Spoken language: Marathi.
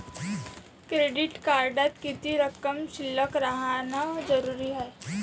क्रेडिट कार्डात किती रक्कम शिल्लक राहानं जरुरी हाय?